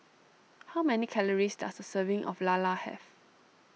how many calories does a serving of Lala have